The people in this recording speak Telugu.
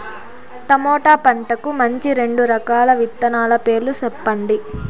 టమోటా పంటకు మంచి రెండు రకాల విత్తనాల పేర్లు సెప్పండి